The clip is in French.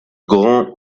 grand